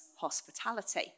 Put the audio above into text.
hospitality